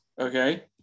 Okay